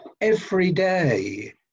everyday